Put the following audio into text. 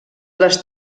les